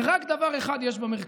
ורק דבר אחד יש במרכז: